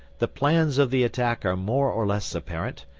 the plans of the attack are more or less apparent,